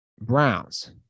Browns